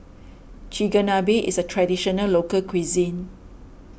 Chigenabe is a Traditional Local Cuisine